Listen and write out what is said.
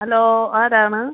hello ആരാണ്